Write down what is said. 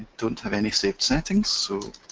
don't have any saved settings, so.